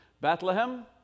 Bethlehem